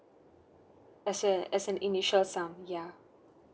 as a as an initial sum ya